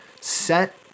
set